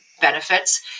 Benefits